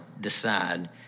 decide